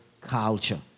culture